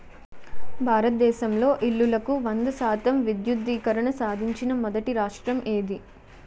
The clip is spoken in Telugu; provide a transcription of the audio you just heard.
భారతదేశంలో ఇల్లులకు వంద శాతం విద్యుద్దీకరణ సాధించిన మొదటి రాష్ట్రం ఏది?